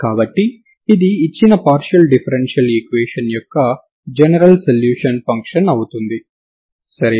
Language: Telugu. కాబట్టి ఇది ఇచ్చిన పార్షియల్ డిఫరెన్షియల్ ఈక్వేషన్ యొక్క జనరల్ సొల్యూషన్ ఫంక్షన్ అవుతుంది సరేనా